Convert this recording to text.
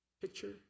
picture